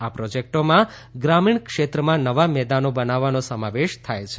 આ પ્રોજેક્ટોમાં ગ્રામીણ ક્ષેત્રમાં નવા મેદાનો બનાવવાનો સમાવેશ થાય છે